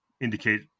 indicate